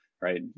right